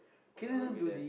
I won't be there